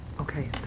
Okay